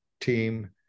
team